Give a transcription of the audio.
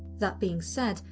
that being said,